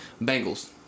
Bengals